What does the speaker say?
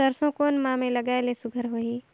सरसो कोन माह मे लगाय ले सुघ्घर होही?